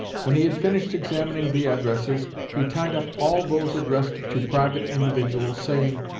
when he had finished examining the addresses, he tied up all those addressed to private individuals, saying,